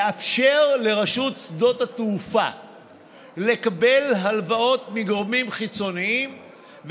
לאפשר לרשות שדות התעופה לקבל הלוואות מגורמים חיצוניים,